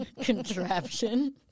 contraption